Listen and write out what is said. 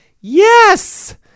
Yes